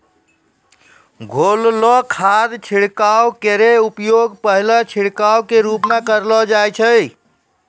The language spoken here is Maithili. घोललो खाद छिड़काव केरो उपयोग पहलो छिड़काव क रूप म करलो जाय छै